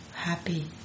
happy